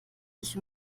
sich